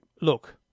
look